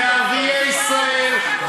וערביי ישראל,